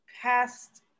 past